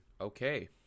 Okay